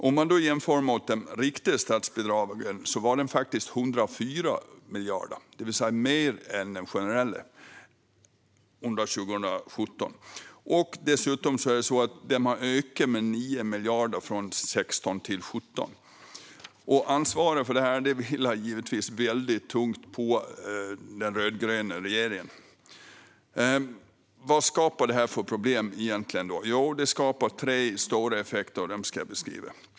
Det kan jämföras med de riktade statsbidragen. De var faktiskt på 104 miljarder, det vill säga mer än de generella under 2017. Dessutom hade de ökat med 9 miljarder från 2016 till 2017. Ansvaret för det här vilar givetvis tungt på den rödgröna regeringen. Vilka problem skapar det här egentligen? Det får tre stora effekter, som jag ska beskriva.